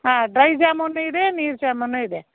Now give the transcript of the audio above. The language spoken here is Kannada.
ಹಾಂ ಡ್ರೈ ಜಾಮೂನು ಇದೆ ನೀರು ಜಾಮೂನು ಇದೆ